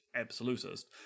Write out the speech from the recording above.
absolutist